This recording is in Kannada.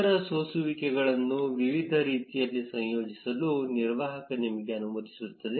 ಇತರ ಸೋಸುವಿಕೆಗಳನ್ನು ವಿವಿಧ ರೀತಿಯಲ್ಲಿ ಸಂಯೋಜಿಸಲು ನಿರ್ವಾಹಕ ನಿಮಗೆ ಅನುಮತಿಸುತ್ತದೆ